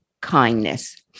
kindness